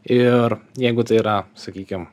ir jeigu tai yra sakykim